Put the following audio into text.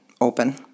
open